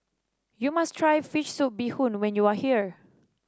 you must try fish soup Bee Hoon when you are here